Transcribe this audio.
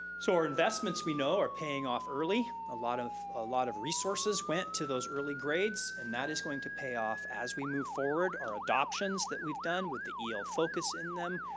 so our investments we know are paying off early. a lot of ah lot of resources went to those early grades. and that is going to pay off as we move forward. our adoptions that we've done with the focus in them,